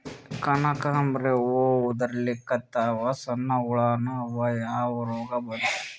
ಕನಕಾಂಬ್ರಿ ಹೂ ಉದ್ರಲಿಕತ್ತಾವ, ಸಣ್ಣ ಹುಳಾನೂ ಅವಾ, ಯಾ ರೋಗಾ ಬಂತು?